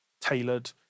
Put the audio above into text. tailored